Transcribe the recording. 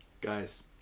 guys